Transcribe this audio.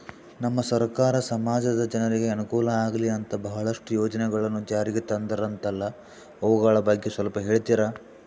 ನಮ್ಮ ಸರ್ಕಾರ ಸಮಾಜದ ಜನರಿಗೆ ಅನುಕೂಲ ಆಗ್ಲಿ ಅಂತ ಬಹಳಷ್ಟು ಯೋಜನೆಗಳನ್ನು ಜಾರಿಗೆ ತಂದರಂತಲ್ಲ ಅವುಗಳ ಬಗ್ಗೆ ಸ್ವಲ್ಪ ಹೇಳಿತೀರಾ?